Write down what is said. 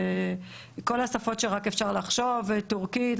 כל השפות שרק אפשר לחשוב: טורקית,